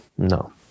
No